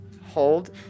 Hold